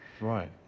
Right